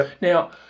Now